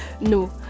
No